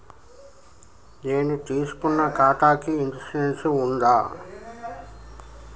నేను తీసుకున్న ఖాతాకి ఇన్సూరెన్స్ ఉందా?